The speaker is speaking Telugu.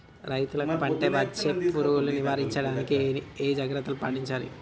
రైతులు పంట పై వచ్చే చీడ పురుగులు నివారించడానికి ఏ జాగ్రత్తలు పాటించాలి?